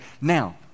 Now